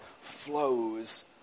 flows